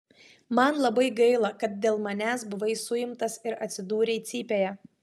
man labai gaila kad dėl manęs buvai suimtas ir atsidūrei cypėje